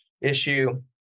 Issue